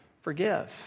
forgive